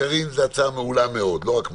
קארין, זאת הצעה מעולה מאוד, לא רק מעולה,